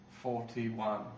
Forty-one